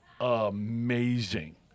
amazing